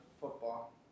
football